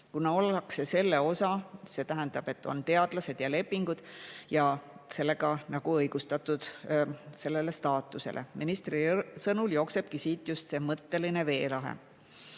kuna ollakse selle osa. See tähendab, et on teadlased ja lepingud ja sellega ollakse nagu õigustatud seda staatust saama. Ministri sõnul jooksebki siit just see mõtteline veelahe.